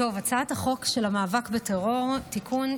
הצעת חוק המאבק בטרור (תיקון,